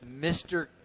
Mr